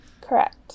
Correct